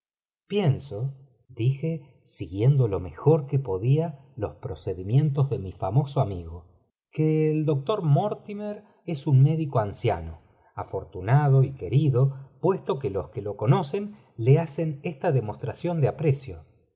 pienso dije siguiendo lo mejor que podía los procedimientos de mi famoso amigo que el doctor morfcimer es un médico anciano afortunado y querido puesto que los que lo conocen le hacen esta demostración de aprecio